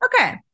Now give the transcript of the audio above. Okay